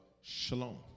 shalom